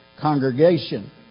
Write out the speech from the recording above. congregation